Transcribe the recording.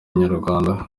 inyarwanda